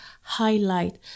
highlight